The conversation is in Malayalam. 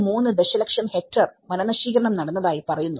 33 ദശലക്ഷം ഹെക്ടറർ വനനശീകരണം നടന്നതായി പറയുന്നു